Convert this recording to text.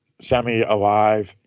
semi-alive